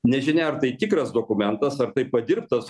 nežinia ar tai tikras dokumentas ar tai padirbtas